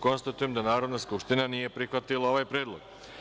Konstatujem da Narodna skupština nije prihvatila ovaj predlog.